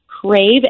crave